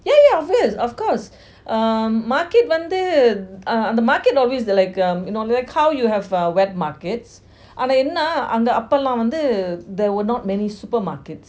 yeah yeah oh yes of course market வந்து அந்த:vanthu antha the market always like the um how you have the wet markets ஆனா என்ன:aana enna there were not many supermarkets